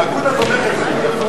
הגדרת יהודי),